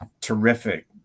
terrific